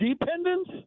dependence